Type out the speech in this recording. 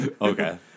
Okay